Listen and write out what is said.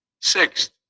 Sixth